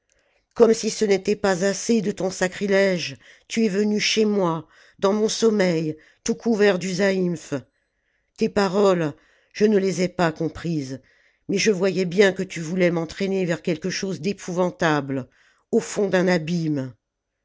comme si ce n'était pas assez de ton sacrilège tu es venu chez moi dans mon sommeil tout couvert du zaïmph tes paroles je ne les ai pas comprises mais je voyais bien que tu voulais m'entraîner vers quelque chose d'épouvantable au fond d'un abîme